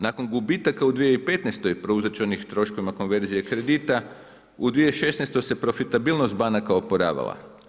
Nakon gubitaka u 2015. prouzročenih troškovima konverzije kredita, u 2016. se profitabilnost banaka oporavila.